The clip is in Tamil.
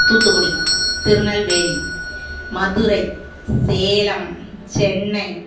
தூத்துக்குடி திருநெல்வேலி மதுரை சேலம் சென்னை